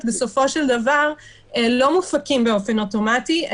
בסופו של דבר לא מופקים באופן אוטומטי,